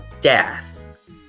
death